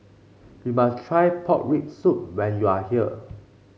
you must try Pork Rib Soup when you are here